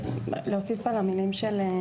אני יכולה להוסיף על המילים של מרב.